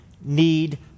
need